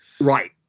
Right